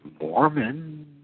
Mormon